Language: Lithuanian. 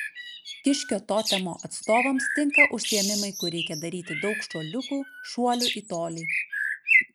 kiškio totemo atstovams tinka užsiėmimai kur reikia daryti daug šuoliukų šuolių į tolį